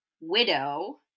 widow